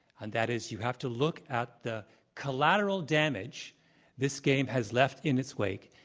and that is you have to look at the collateral damage this game has left in its wake.